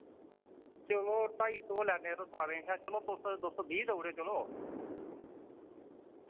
चलो ढ़ाई सौ गै लैने यरो सारें शा चलो तुस दो सौ बीह् देऊड़यो चलो